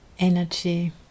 energy